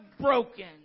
broken